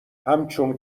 همچون